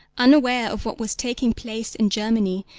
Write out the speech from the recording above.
unaware of what was taking place in germany,